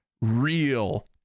real